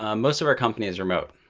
um most of our company is remote.